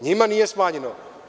Njima nije smanjeno.